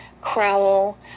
Crowell